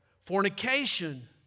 fornication